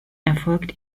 erfolgt